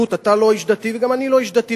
אתה לא איש דתי וגם אני לא איש דתי,